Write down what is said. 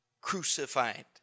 crucified